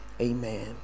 amen